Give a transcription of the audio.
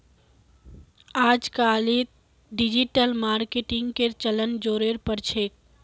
अजकालित डिजिटल मार्केटिंगेर चलन ज़ोरेर पर छोक